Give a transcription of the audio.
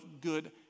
good